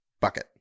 bucket